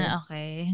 okay